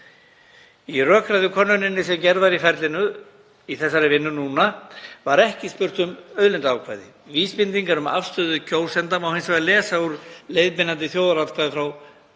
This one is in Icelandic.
Í rökræðukönnuninni sem gerð var í ferlinu núna var ekki spurt um auðlindaákvæði. Vísbendingar um afstöðu kjósenda má hins vegar lesa úr leiðbeinandi þjóðaratkvæði frá